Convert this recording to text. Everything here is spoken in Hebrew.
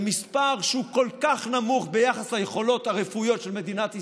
זה מספר שהוא כל כך נמוך ביחס ליכולות הרפואיות של מדינת ישראל,